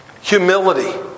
Humility